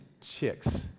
Chicks